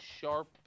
sharp